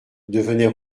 devenait